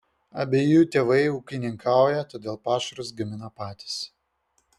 abiejų tėvai ūkininkauja todėl pašarus gamina patys